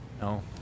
no